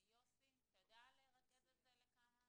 יוסי, אתה יודע לרכז את זה לכמה משפטים?